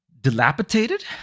dilapidated